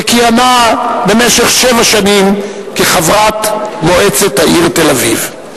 וכיהנה במשך שבע שנים כחברת מועצת העיר תל-אביב.